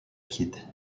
kid